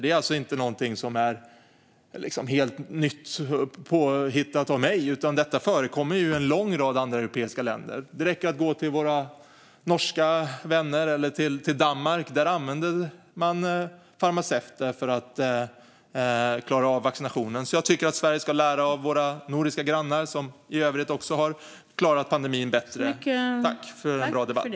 Det är inte något helt nytt som är påhittat av mig, utan det förekommer i en lång rad andra europeiska länder. Det räcker att gå till våra norska vänner eller till Danmark. Där använder man farmaceuter för att klara av vaccinationerna, så jag tycker att vi i Sverige ska lära av våra nordiska grannar, som för övrigt har klarat av pandemin bättre. Tack för en bra debatt!